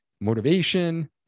motivation